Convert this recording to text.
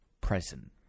present